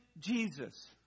Jesus